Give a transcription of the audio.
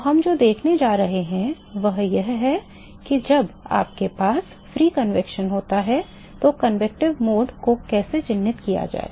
तो हम जो देखने जा रहे हैं वह यह है कि जब आपके पास मुक्त संवहन होता है तो संवहन मोड को कैसे चिह्नित किया जाए